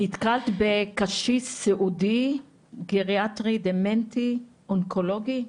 את נתקלת בקשיש סיעודי גריאטרי דמנטי אונקולוגי?